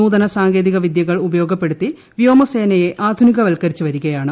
നൂതന സാങ്കേതിക വിദ്യകൾ ഉപയോഗപ്പെടുത്തി വ്യോമസേനയെ ആധുനീക വൽക്കരിച്ചുവരികയാണ്